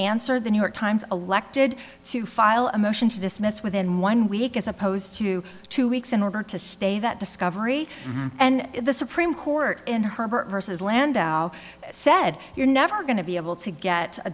answer the new york times elected to file a motion to dismiss within one week as opposed to two weeks in order to stay that discovery and the supreme court in harbor versus landau said you're never going to be able to get a